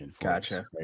Gotcha